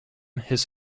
his